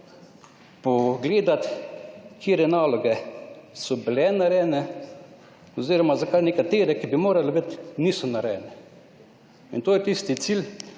pogledat, katere naloge so bile narejene oziroma zakaj nekatere, ki bi morale biti, niso narejene. In to je tisti cilj,